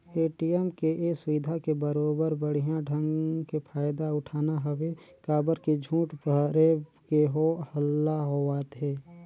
ATM के ये सुबिधा के बरोबर बड़िहा ढंग के फायदा उठाना हवे काबर की झूठ फरेब के हो हल्ला होवथे